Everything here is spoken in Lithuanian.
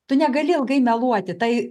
tu negali ilgai meluoti tai